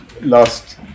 last